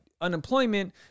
unemployment